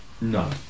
no